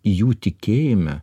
jų tikėjime